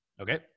okay